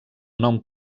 nom